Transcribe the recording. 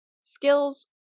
skills